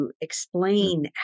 explain